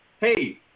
hey